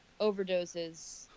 overdoses